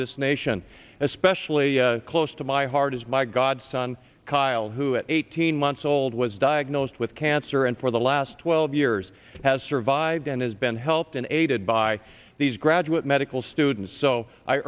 this nation especially close to my heart is my god son kyle who is eighteen months old was diagnosed with cancer and for the last twelve years has survived and has been helped in aided by these graduate medical students so i